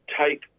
take